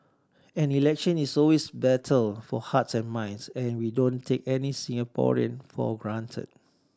an election is always battle for hearts and minds and we don't take any Singaporean for granted